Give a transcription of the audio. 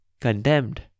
condemned